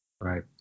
right